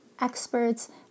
experts